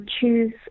choose